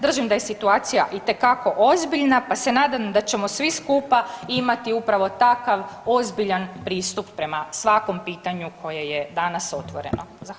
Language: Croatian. Držim da je situacija itekako ozbiljna pa se nadam da ćemo svi skupa imati upravo takav ozbiljan pristup prema svakom pitanju koje je danas otvoreno.